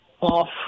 off